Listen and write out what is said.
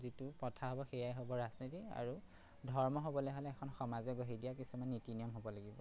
যিটো প্ৰথা হ'ব সেয়াই হ'ব ৰাজনীতি আৰু ধৰ্ম হ'বলে হ'লে এখন সমাজে গঢ়ি দিয়া কিছুমান নীতি নিয়ম হ'ব লাগিব